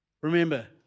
Remember